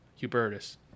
Hubertus